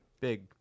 Big